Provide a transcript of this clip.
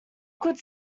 could